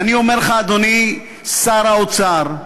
ואני אומר לך, אדוני שר האוצר,